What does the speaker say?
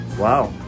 Wow